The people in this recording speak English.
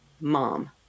mom